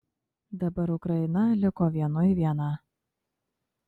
dabar ukraina liko vienui viena